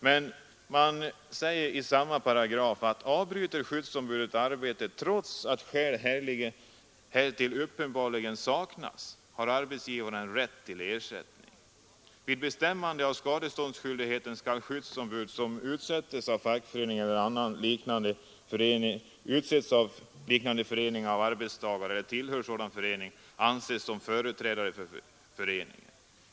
Men i samma paragraf heter det: ”Avbryter skyddsombud arbete trots att skäl härtill uppenbarligen saknas, har arbetsgivaren rätt till ersättning. Vid bestämmande av skadeståndsskyldighet skall skyddsombud, som utsetts av fackförening eller annan liknande förening av arbetstagare eller tillhör sådan förening, anses som företrädare för föreningen.